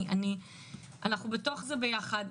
אנחנו בתוך זה ביחד,